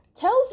tells